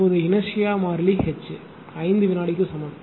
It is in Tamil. இப்போது இனர்சியா மாறிலி H 5 வினாடிக்கு சமம்